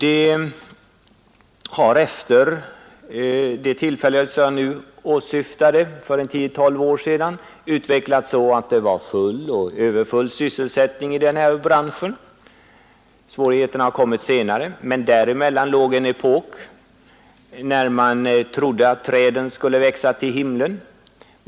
Efter det tillfälle jag nu åsyftade för tio—tolv år sedan har det hela utvecklats så att det var full och överfull sysselsättning i den här branschen. Svårigheterna har kommit senare, men i mellantiden hade man en epok då man trodde att träden skulle växa till himlen.